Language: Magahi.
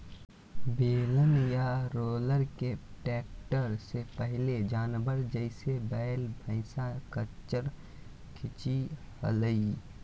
बेलन या रोलर के ट्रैक्टर से पहले जानवर, जैसे वैल, भैंसा, खच्चर खीचई हलई